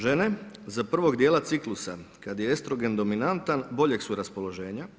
Žene za prvog dijela ciklusa kad je estrogen dominantan boljeg su raspoloženja.